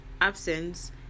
absence